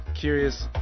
Curious